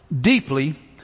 deeply